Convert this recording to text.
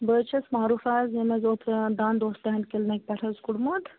بہٕ حظ چھس معروٗفہ حظ یم حظ اوترٕ دنٛد اوس تُہٕند کِلنِک پٮ۪ٹھ حظ کوٚڑمُت